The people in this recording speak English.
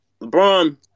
LeBron